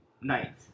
night